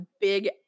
big